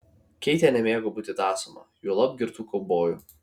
keitė nemėgo būti tąsoma juolab girtų kaubojų